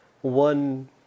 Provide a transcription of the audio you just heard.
one